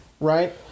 right